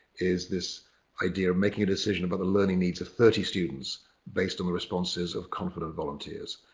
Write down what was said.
is this idea of making a decision about the learning needs of thirty students based on the responses of confident volunteers.